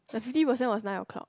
the fifty percent was nine o-clock